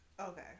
Okay